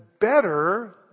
better